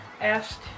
asked